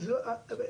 ד"ר באואר,